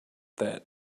that